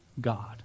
God